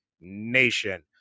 Nation